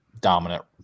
dominant